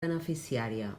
beneficiària